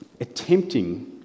attempting